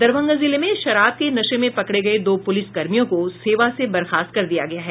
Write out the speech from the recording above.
दरभंगा जिले में शराब के नशे में पकड़े गये दो पुलिस कर्मियों को सेवा से बर्खास्त कर दिया गया है